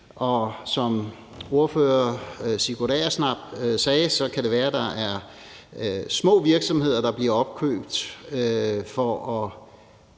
SF's ordfører, hr. Sigurd Agersnap, sagde, så kan det være, at der er små virksomheder, der bliver opkøbt for